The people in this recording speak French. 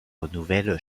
renouvelle